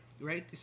right